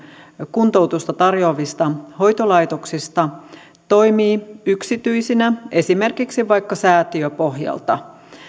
kuntoutusta tarjoavista hoitolaitoksista toimii yksityisinä esimerkiksi vaikka säätiöpohjalta